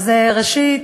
ראשית,